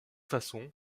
façon